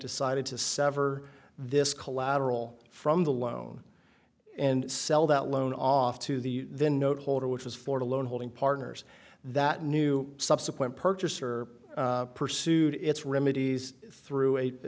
decided to sever this collateral from the loan and sell that loan off to the then note holder which was for the loan holding partners that new subsequent purchaser pursued its remedies through eight